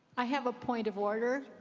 i have a point of order.